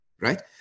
right